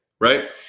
right